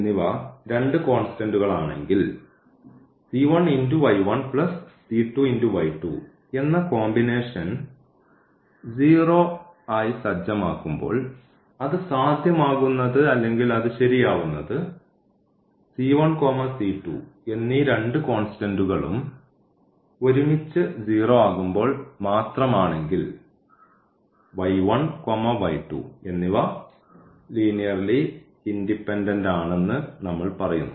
എന്നിവ രണ്ടു കോൺസ്റ്റന്റ്കൾ ആണെങ്കിൽ എന്ന കോമ്പിനേഷൻ 0 ആയി സജ്ജമാക്കുമ്പോൾ അത് സാധ്യമാകുന്നത് അല്ലെങ്കിൽ അത് ശരിയാവുന്നത് എന്നീ രണ്ട് കോൺസ്റ്റന്റ്കളും ഒരുമിച്ച് 0 ആകുമ്പോൾ മാത്രമാണെങ്കിൽ എന്നിവ ലീനിയർലി ഇൻഡിപെൻഡൻറ് ആണെന്ന് നമ്മൾ പറയുന്നു